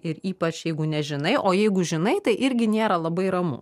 ir ypač jeigu nežinai o jeigu žinai tai irgi nėra labai ramu